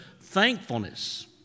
thankfulness